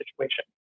situation